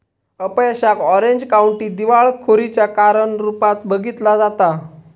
अपयशाक Orange County दिवाळखोरीच्या कारण रूपात बघितला जाता